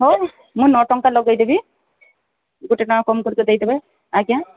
ହଉ ମୁଁ ନଅ ଟଙ୍କା ଲଗେଇଦେବି ଗୋଟେ ଟଙ୍କା କମ୍ କରିିକି ଦେଇଦେବେ ଆଜ୍ଞା